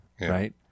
right